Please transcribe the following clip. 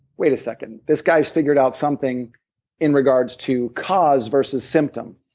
wait a second. this guy's figured out something in regards to cause versus symptom.